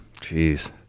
Jeez